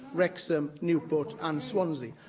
wrexham, newport and swansea.